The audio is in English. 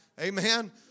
Amen